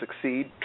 succeed